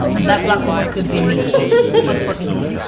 and that black woman could be making big motherfucking deal.